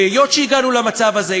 והיות שהגענו למצב הזה,